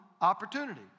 opportunity